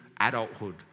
adulthood